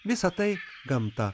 visa tai gamta